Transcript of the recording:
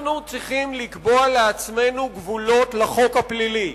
אנחנו צריכים לקבוע לעצמנו גבולות לחוק הפלילי.